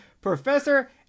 Professor